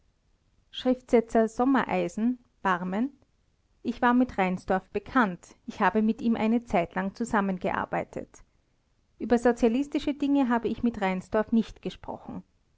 schriftsetzer sommereisen barmen ich war mit reinsdorf bekannt ich habe mit ihm eine zeitlang zusammen gearbeitet über sozialistische dinge habe ich mit reinsdorf nicht gesprochen